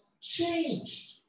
changed